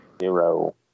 Zero